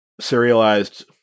serialized